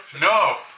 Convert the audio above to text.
No